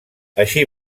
així